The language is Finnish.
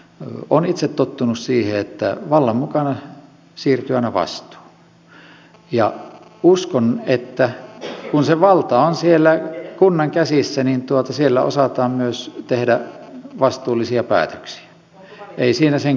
olen itse tottunut siihen että vallan mukana siirtyy aina vastuu ja uskon että kun se valta on siellä kunnan käsissä niin siellä osataan myös tehdä vastuullisia päätöksiä ei siinä sen kummempaa